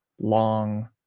long